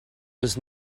was